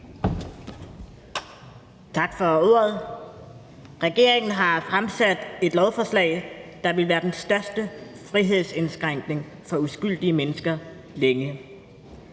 Tak for ordet. Regeringen har fremsat et lovforslag, der vil være den største frihedsindskrænkning for uskyldige mennesker længe.